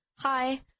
Hi